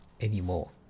anymore